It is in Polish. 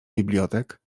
bibliotek